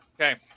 Okay